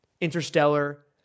Interstellar